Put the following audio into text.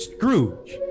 Scrooge